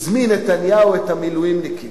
הזמין נתניהו את המילואימניקים.